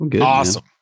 Awesome